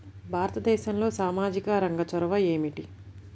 భారతదేశంలో సామాజిక రంగ చొరవ ఏమిటి?